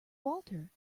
walter